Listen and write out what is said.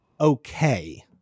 okay